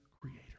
creator